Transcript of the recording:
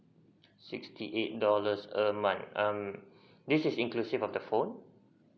sixty eight dollars a month um this is inclusive of the phone